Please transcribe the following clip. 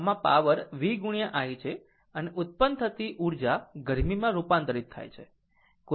આમ આ power v i છે અને ઉત્પન્ન થતી ઊર્જા ગરમીમાં રૂપાંતરિત થાય છે